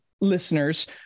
listeners